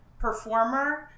performer